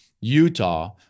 Utah